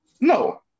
no